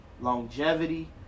longevity